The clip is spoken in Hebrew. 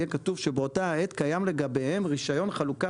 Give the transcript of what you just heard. שבאותה העת קיים לגביהם רישיון חלוקה